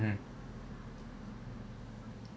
mm